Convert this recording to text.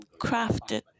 crafted